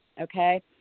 Okay